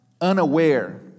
unaware